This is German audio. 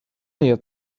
nähe